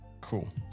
Cool